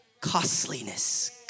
Costliness